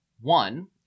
One